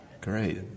Great